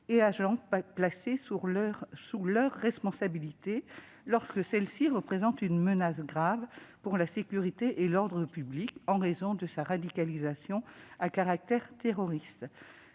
et agents placés sous leur responsabilité, lorsque celle-ci représente une menace grave pour la sécurité et l'ordre public, en raison de sa radicalisation à caractère terroriste.